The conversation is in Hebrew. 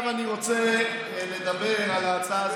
עכשיו אני רוצה לדבר על ההצעה.